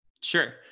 Sure